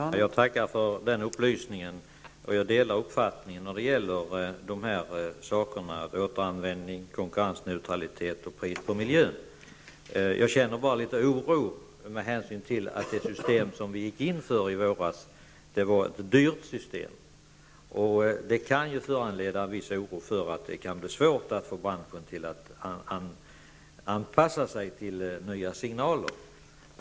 Herr talman! Jag tackar för den upplysningen. Jag delar miljöministerns uppfattning när det gäller återanvändning, konkurrensneutralitet och pris på miljön. Jag känner bara litet oro med hänsyn till att det system som vi gick in för i våras var ett dyrt system. Det kan ju föranleda en viss oro för att det kan bli svårt att få branschen att anpassa sig till nya signaler.